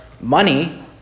money